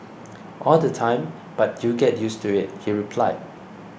all the time but you get used to it he replied